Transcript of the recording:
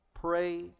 Pray